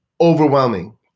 overwhelming